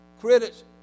critics